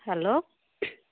hello